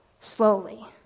slowly